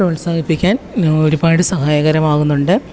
പ്രോത്സാഹിപ്പിക്കാൻ ഒരുപാട് സഹായകരമാകുന്നുണ്ട്